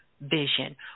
vision